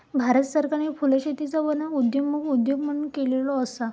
भारत सरकारने फुलशेतीचा वर्णन उदयोन्मुख उद्योग म्हणून केलेलो असा